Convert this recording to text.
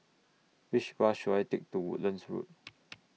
Which Bus should I Take to Woodlands Road